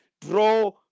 draw